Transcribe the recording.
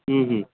ହୁଁ ହୁଁ